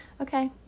Okay